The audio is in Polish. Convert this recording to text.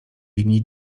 linii